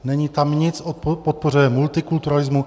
Není tam nic o podpoře multikulturalismu.